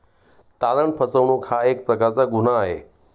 तारण फसवणूक हा एक प्रकारचा गुन्हा आहे